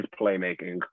playmaking